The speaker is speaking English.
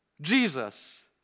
Jesus